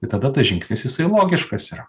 ir tada tas žingsnis jisai logiškas yra